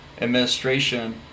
Administration